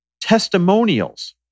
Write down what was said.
testimonials